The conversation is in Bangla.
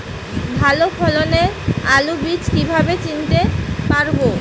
ভালো ফলনের আলু বীজ কীভাবে চিনতে পারবো?